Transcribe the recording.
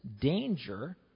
danger